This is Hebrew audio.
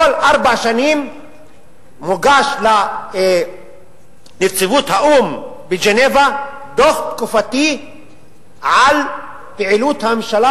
כל ארבע שנים מוגש לנציבות האו"ם בז'נבה דוח תקופתי על פעילות הממשלה